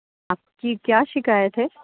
آپ کی کیا شکایت ہے